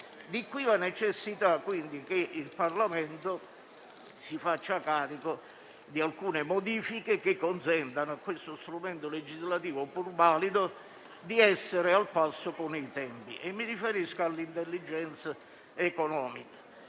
dunque la necessità che il Parlamento si faccia carico di alcune modifiche che consentano a questo strumento legislativo, pur valido, di essere al passo con i tempi e mi riferisco all'*intelligence* economica,